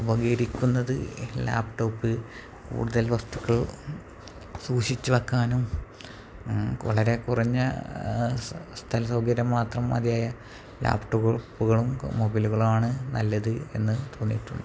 ഉപകരിക്കുന്നത് laptop കൂടുതൽ വസ്തുക്കൾ സൂക്ഷിച്ച് വയ്ക്കാനും വളരെ കുറഞ്ഞ സ്ഥലസൗകര്യം മാത്രം മതിയായ ലാപ്പ് ടോപ്പുകളും മൊബൈലുകളുമാണ് നല്ലത് എന്ന് തോന്നിയിട്ടുണ്ട്